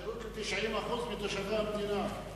שירות ל-90% מתושבי המדינה,